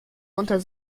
unter